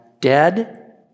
dead